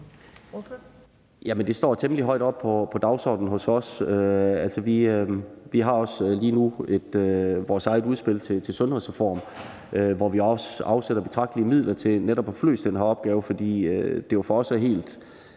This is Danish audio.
Det står temmelig højt oppe på dagsordenen hos os. Altså, vi har også lige nu vores eget udspil til en sundhedsreform, hvor vi også afsætter betragtelige midler til netop at få løst den her opgave, fordi det jo for os er helt